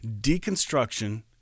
Deconstruction